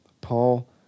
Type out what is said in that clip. Paul